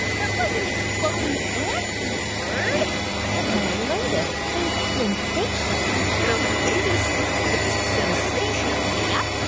that wasn't exploding ants you heard. that was my latest taste sensation your latest taste sensation? yep,